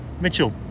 Mitchell